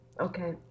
Okay